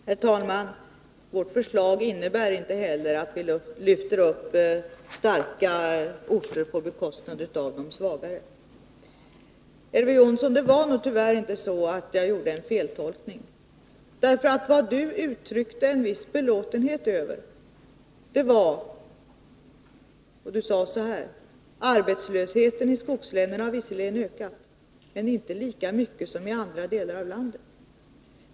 Herr talman! Vårt förslag innebär inte heller att vi lyfter upp starka orter på bekostnad av de svaga. Jag gjorde nog inte en feltolkning, Elver Jonsson. Elver Jonsson uttryckte en viss belåtenhet och sade att arbetslösheten i skogslänen visserligen har ökat men inte lika mycket som i andra delar av landet.